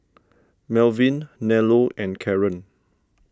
Malvin Nello and Caren